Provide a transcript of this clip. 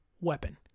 weapon